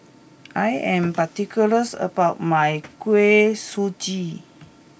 I am particulars about my Kuih Suji